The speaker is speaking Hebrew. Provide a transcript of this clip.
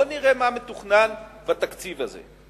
בוא נראה מה מתוכנן בתקציב הזה.